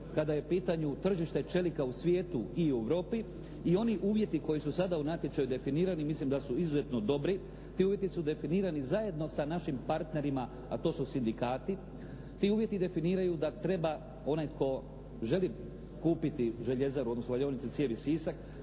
kada je u pitanju tržište čelika u svijetu i Europi, i oni uvjeti koji su sada u natječaju definirani mislim da su izuzetno dobri. Ti uvjeti su definirani zajedno sa našim partnerima a to su sindikati. Ti uvjeti definiraju da treba onaj tko želi kupiti željezaru, odnosno valjaonicu cijevi "Sisak",